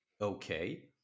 okay